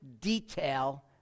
detail